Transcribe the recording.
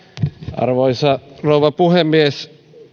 arvoisa rouva puhemies